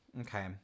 okay